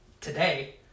today